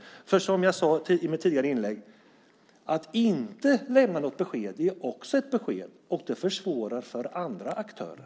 Det är som jag sade i mitt tidigare inlägg: Att inte lämna något besked är också ett besked, och det försvårar för andra aktörer.